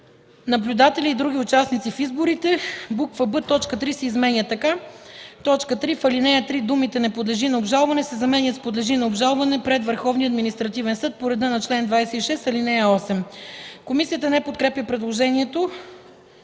наблюдатели и други участници в изборите.”; б) точка 3 се изменя така: „3. В ал. 3 думите „не подлежи на обжалване” се заменят с „подлежи на обжалване пред Върховния административен съд по реда на чл.26, ал. 8”.” Комисията не подкрепя предложението